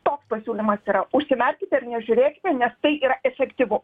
toks pasiūlymas yra užsimerkite ir nežiūrėkite nes tai yra efektyvu